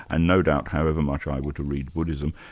and no doubt however much i were to read buddhism,